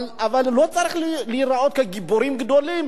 אבל לא צריך להיראות כגיבורים גדולים